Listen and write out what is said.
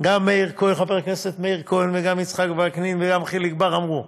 גם חבר הכנסת מאיר כהן וגם יצחק וקנין וגם חיליק בר אמרו,